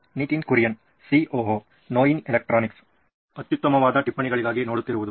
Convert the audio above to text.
Nitin Kurian COO ನೋಯಿನ್ electronics ಅತ್ಯುತ್ತಮವಾದ ಟಿಪ್ಪಣಿಗಳಿಗಾಗಿ ನೋಡುತ್ತಿರುವುದು